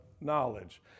knowledge